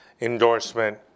endorsement